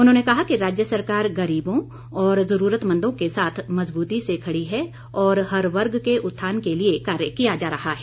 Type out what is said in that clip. उन्होंने कहा कि राज्य सरकार गरीबों और ज़रूरतमंदों के साथ मज़बूती से खड़ी है और हर वर्ग के उत्थान के लिए कार्य किया जा रहा है